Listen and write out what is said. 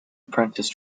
apprentice